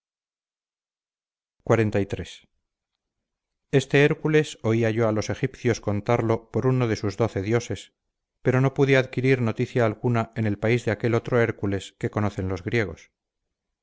lugar sagrado xliii este hércules oía yo a los egipcios contarlo por uno de sus doce dioses pero no pude adquirir noticia alguna en el país de aquel otro hércules que conocen los griegos